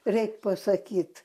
reik pasakyt